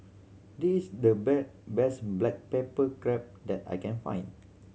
this the best black pepper crab that I can find